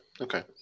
Okay